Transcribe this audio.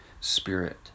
spirit